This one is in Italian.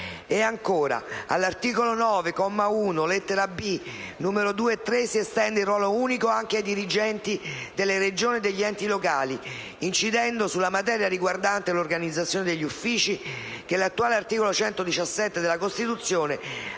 Ministri"; all'articolo 9, comma 1, lettera *b)*, numeri 2 e 3, si estende il ruolo unico anche ai dirigenti delle Regioni e degli enti locali, incidendo sulla materia riguardante l'organizzazione degli uffici che l'attuale articolo 117 della Costituzione